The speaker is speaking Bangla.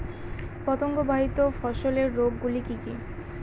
পতঙ্গবাহিত ফসলের রোগ গুলি কি কি?